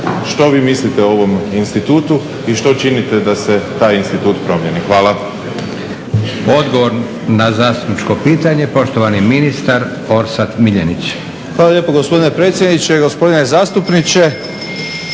što vi mislite o ovom institutu i što činite da se taj institut promjeni? Hvala. **Leko, Josip (SDP)** Odgovor na zastupničko pitanje poštovani ministar Orsat Miljenić. **Miljenić, Orsat** Hvala lijepo gospodine predsjedniče i gospodine zastupniče.